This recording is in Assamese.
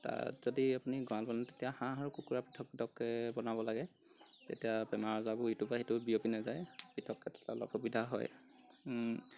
তাত যদি আপুনি গৰাঁল বনায় তেতিয়া হাঁহ আৰু কুকুৰা পৃথক পৃথককৈ বনাব লাগে তেতিয়া বেমাৰ আজাবোৰ ইটোৰ পৰৈ সিটো বিয়পি নাযায় পৃথককৈ থ'লে অলপ অসুবিধা হয়